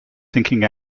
thinking